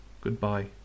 goodbye